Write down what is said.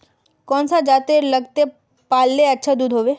कौन सा जतेर लगते पाल्ले अच्छा दूध होवे?